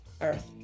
earth